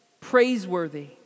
praiseworthy